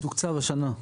תוקצב השנה.